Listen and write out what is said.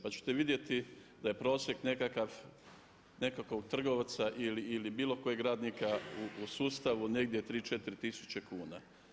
Pa ćete vidjeti da je prosjek nekakvog trgovca ili bilo kojeg radnika u sustavu negdje 3, 4 tisuće kuna.